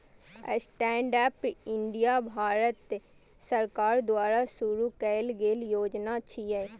stand up India Bharat सरकार द्वारा शुरू कैल गेल योजना छियै